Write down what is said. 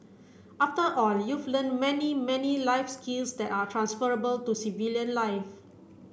after all you've learnt many many life skills that are transferable to civilian life